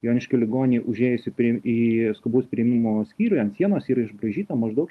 joniškio ligoninėj užėjus į prim į skubaus priėmimo skyriuj ant sienos yra išbraižyta maždaug